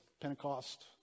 Pentecost